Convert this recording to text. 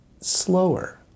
slower